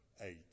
Eight